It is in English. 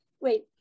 wait